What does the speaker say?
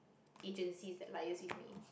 agencies that liaise with me